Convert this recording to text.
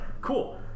cool